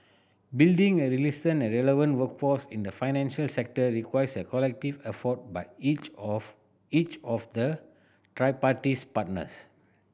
building a resilient and relevant workforce in the financial sector requires a collective effort by each of each of the tripartite partners